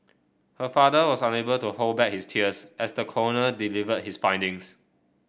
her father was unable to hold back his tears as the coroner delivered his findings